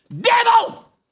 devil